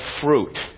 fruit